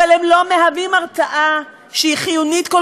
אבל הם לא מהווים הרתעה שהיא חיונית כל